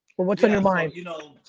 or what's on your mind? you know